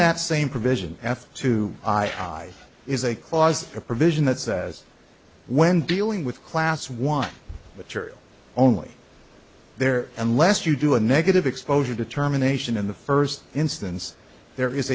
that same provision f two i is a clause a provision that says when dealing with class one which are only there unless you do a negative exposure determination in the first instance there is